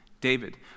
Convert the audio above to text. David